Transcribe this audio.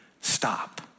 stop